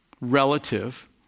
relative